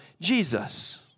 Jesus